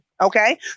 Okay